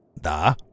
Da